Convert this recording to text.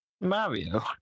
Mario